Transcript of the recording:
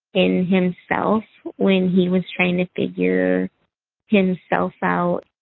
in himself when he was trying to figure himself out.